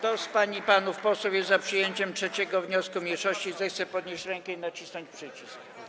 Kto z pań i panów posłów jest za przyjęciem 3. wniosku mniejszości, zechce podnieść rękę i nacisnąć przycisk.